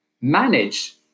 manage